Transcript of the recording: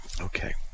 okay